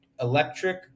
electric